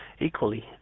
Equally